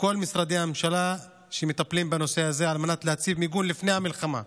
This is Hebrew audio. לכל משרדי הממשלה שמטפלים בנושא הזה על מנת להציב מיגון לפני המלחמה,